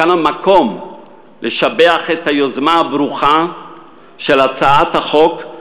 כאן המקום לשבח את היוזמה הברוכה של הצעת החוק,